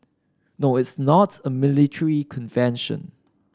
no it's not a military convention